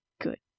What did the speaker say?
Good